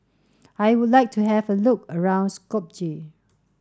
I would like to have a look around Skopje